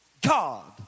God